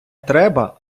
треба